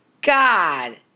God